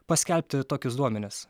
paskelbti tokius duomenis